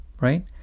right